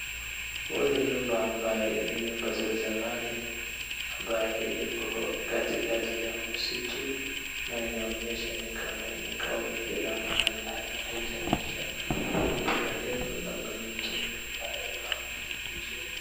Huu ni nyumba ambaye ni nyumba za zamani ambaye iko katikati ya msitu na inaonyesha ni kama imekauka kila mahali hai, haijanyesha kwa muda refu na kuna mtungi ambaye iko hapo nje.